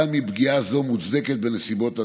גם אם פגיעה זו מוצדקת בנסיבות הקיימות,